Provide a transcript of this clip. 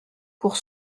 pour